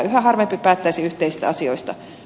yhä harvempi päättäisi yhteisistä asioista